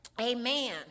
Amen